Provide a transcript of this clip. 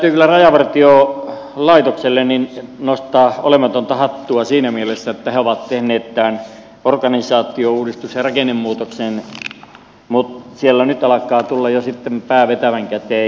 tässä täytyy kyllä rajavartiolaitokselle nostaa olematonta hattua siinä mielessä että he ovat tehneet tämän organisaatiouudistuksen ja rakennemuutoksen mutta siellä nyt alkaa tulla jo pää vetävän käteen